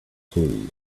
clue